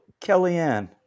Kellyanne